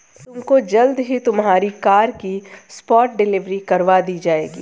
तुमको जल्द ही तुम्हारी कार की स्पॉट डिलीवरी करवा दी जाएगी